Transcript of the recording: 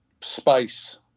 space